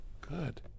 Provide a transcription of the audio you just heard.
good